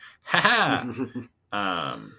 Ha-ha